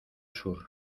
sur